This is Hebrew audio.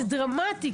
זה דרמטי.